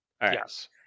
Yes